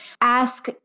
ask